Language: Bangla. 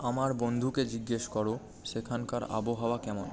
আমার বন্ধুকে জিজ্ঞেস করো সেখানকার আবহাওয়া কেমন